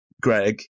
Greg